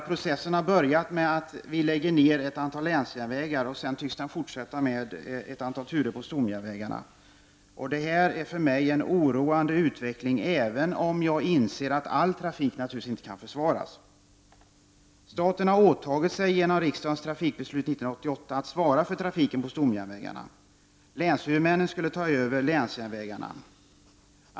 Processen har börjat med att vi lägger ner ett antal länsjärnvägar, och sedan tycks den fortsätta med ett antal turer på stomjärnvägarna. För mig är detta en oroande utveckling, även om jag inser att all trafik naturligtvis inte kan försvaras. Staten har åtagit sig i ett av riksdagens trafikbeslut år 1988 att svara för trafiken på stomjärnvägarna. Länshuvudmännen skulle ta över länsjärnvägarna.